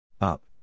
up